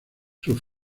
sus